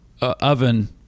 oven